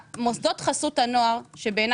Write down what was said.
הן רוצות להישאר אבל הן בורחות, וזה למה?